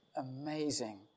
amazing